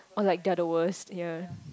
or like they're the worse ya